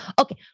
Okay